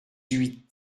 huit